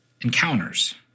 encounters